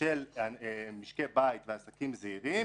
של משקי בית ועסקים זעירים.